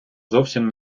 зовсім